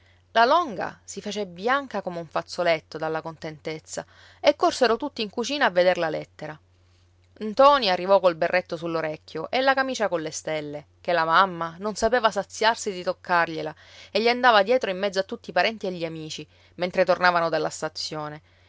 la longa si fece bianca come un fazzoletto dalla contentezza e corsero tutti in cucina a veder la lettera ntoni arrivò col berretto sull'orecchio e la camicia colle stelle che la mamma non sapeva saziarsi di toccargliela e gli andava dietro in mezzo a tutti i parenti e gli amici mentre tornavano dalla stazione